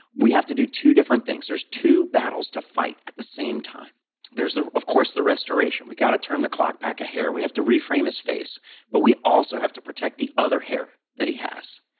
we have to do two different things. there's two battles to fight at the same time there's, of course, the restoration. we got to turn the clock back a hair. we have to reframe his face but we also have to protect the other hair that he has.